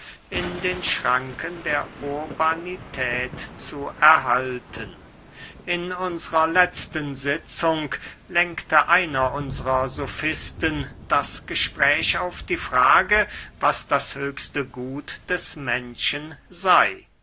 in den schranken der urbanität zu erhalten in unsrer letzten sitzung lenkte einer unsrer sofisten das gespräch auf die frage was das höchste gut des menschen sey